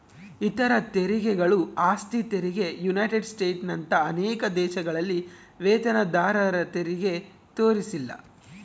ಇತರ ತೆರಿಗೆಗಳು ಆಸ್ತಿ ತೆರಿಗೆ ಯುನೈಟೆಡ್ ಸ್ಟೇಟ್ಸ್ನಂತ ಅನೇಕ ದೇಶಗಳಲ್ಲಿ ವೇತನದಾರರತೆರಿಗೆ ತೋರಿಸಿಲ್ಲ